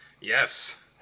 Yes